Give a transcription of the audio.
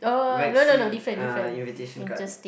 wax seal uh invitation card